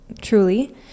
truly